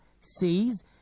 says